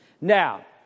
Now